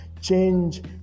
Change